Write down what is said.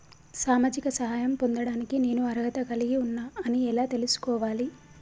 సామాజిక సహాయం పొందడానికి నేను అర్హత కలిగి ఉన్న అని ఎలా తెలుసుకోవాలి?